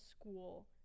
school